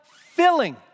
filling